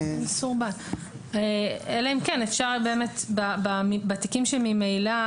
אלא אם כן אפשר בתיקים שממילא